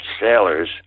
sailors